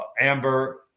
amber